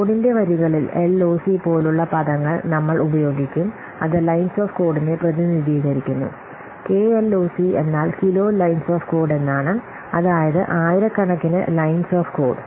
കോഡിന്റെ വരികളിൽ എൽഓസി പോലുള്ള പദങ്ങൾ നമ്മൾ ഉപയോഗിക്കും അത് ലൈൻസ് ഓഫ് കോഡിനെ പ്രതിനിധീകരിക്കുന്നു കെഎൽഓസി എന്നാൽ കിലോ ലൈൻസ് ഓഫ് കോഡ് എന്നാണ് അതായത് ആയിരകണക്കിന് ലൈൻസ് ഓഫ് കോഡ്